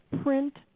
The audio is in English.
print